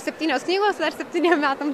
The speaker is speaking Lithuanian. septynios knygos dar septyniem metam